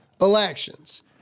elections